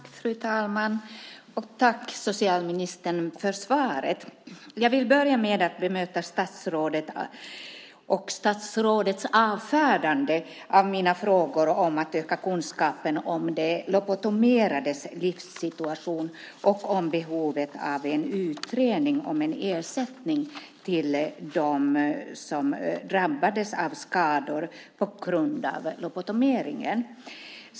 Fru talman! Tack, socialministern för svaret! Jag vill börja med att bemöta statsrådets avfärdande av mina frågor om att öka kunskapen om de lobotomerades livssituation och om behovet av en utredning om ersättning till dem som drabbades av skador på grund av lobotomering.